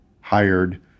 hired